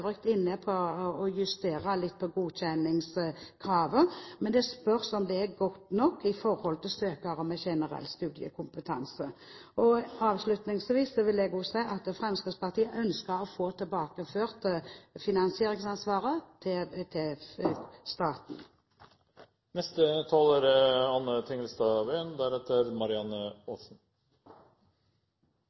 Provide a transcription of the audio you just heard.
var for øvrig inne på å justere litt på godkjenningskravene, men det spørs om det er godt nok med hensyn til søkere med generell studiekompetanse. Avslutningsvis vil jeg også si at Fremskrittspartiet ønsker å få tilbakeført finansieringsansvaret til staten. Først har jeg lyst til å takke interpellanten for å sette en viktig sak på dagsordenen. Jeg er